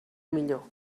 millor